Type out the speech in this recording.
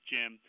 Jim